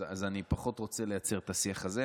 אז אני פחות רוצה לייצר את השיח הזה.